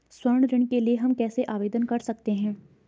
स्वर्ण ऋण के लिए हम कैसे आवेदन कर सकते हैं?